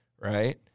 Right